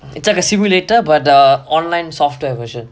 it's like a simulator but err online software version